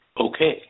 Okay